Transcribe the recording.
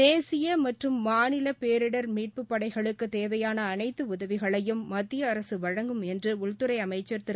தேசிய மற்றும் மாநில பேரிடர் மீட்புப் படைகளுக்கு தேவையான அனைத்து உதவிகளையும் மத்திய அரசு வழங்கம் என்று உள்துறை அமைச்சர் திரு